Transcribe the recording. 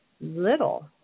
little